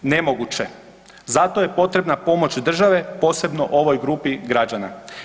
Nemoguće, zato je potrebna pomoć države posebno ovoj grupi građana.